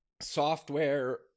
software